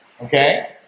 Okay